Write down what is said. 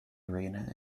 arena